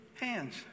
hands